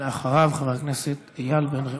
ואחריו, חבר הכנסת איל בן ראובן.